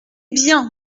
bien